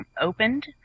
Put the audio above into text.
opened